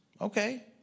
Okay